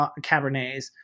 cabernets